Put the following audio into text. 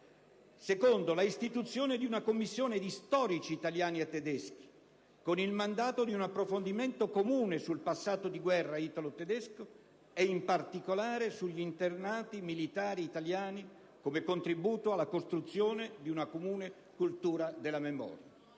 2008; l'istituzione di una commissione di storici italiani e tedeschi con il mandato di un approfondimento comune sul passato di guerra italo-tedesco, in particolare sugli internati militari italiani, come contributo alla costruzione di una comune cultura della memoria;